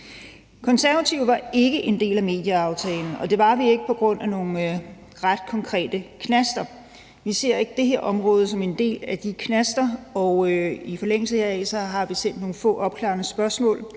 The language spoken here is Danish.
Konservative var ikke en del af medieaftalen. Det var vi ikke på grund af nogle ret konkrete knaster. Vi ser ikke det her område som en del af de knaster, og i forlængelse heraf har vi sendt nogle få opklarende spørgsmål,